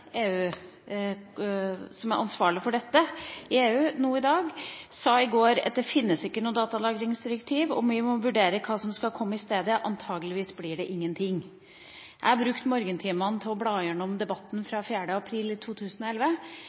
som er ansvarlig for dette i EU i dag, sa i går at det ikke fins noe datalagringsdirektiv, og vi må vurdere hva som skal komme i stedet – antakeligvis blir det ingenting. Jeg brukte morgentimene til å bla igjennom debatten fra 4. april 2011.